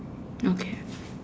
okay